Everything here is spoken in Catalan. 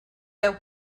deu